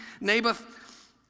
Naboth